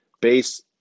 base